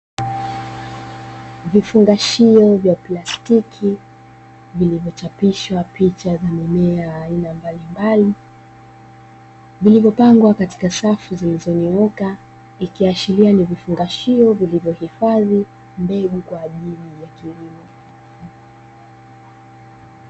Vifungashio vya plastiki, vilivyochapishwa picha za mimea aina mbalimbali, vilivyopangwa katika safu zilizonyooka ikiashiria ni vifungashio vilivyohifadhi mbegu kwa ajili ya kilimo.